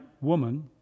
woman